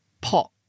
pot